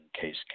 case